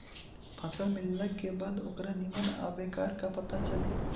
फसल मिलला के बाद ओकरे निम्मन आ बेकार क पता चली